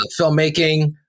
filmmaking